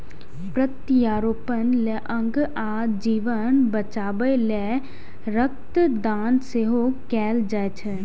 प्रत्यारोपण लेल अंग आ जीवन बचाबै लेल रक्त दान सेहो कैल जाइ छै